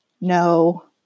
No